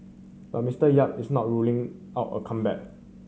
but Mister Yap is not ruling out a comeback